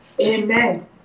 Amen